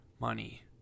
money